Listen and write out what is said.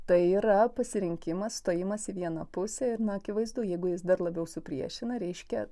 tai yra pasirinkimas stojimas į vieną pusę ir na akivaizdu jeigu jis dar labiau supriešina reiškia